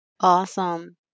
Awesome